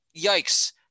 Yikes